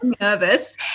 nervous